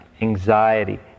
anxiety